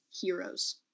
heroes